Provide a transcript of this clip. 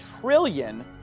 trillion